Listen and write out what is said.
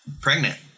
pregnant